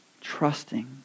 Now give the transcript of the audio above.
trusting